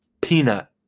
peanut